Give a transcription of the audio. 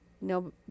No